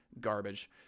garbage